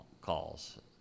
calls